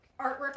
Artwork